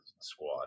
squad